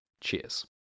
Cheers